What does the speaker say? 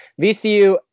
VCU